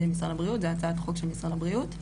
משרד הבריאות זה היה הצעת חוק של משרד הבריאות,